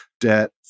debt